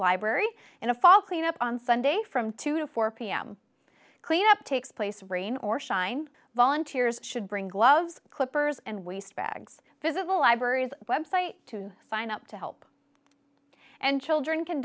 library in the fall cleanup on sunday from two to four pm cleanup takes place rain or shine volunteers should bring gloves clippers and waste bags physical libraries website to sign up to help and children can